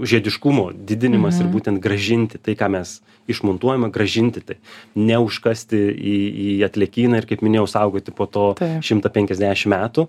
žiediškumo didinimas ir būtent grąžinti tai ką mes išmontuojame grąžinti tai neužkasti į į atliekyną ir kaip minėjau saugoti po to šimtą penkiasdešim metų